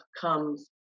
comes